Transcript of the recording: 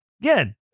Again